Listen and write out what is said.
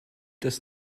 das